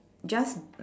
just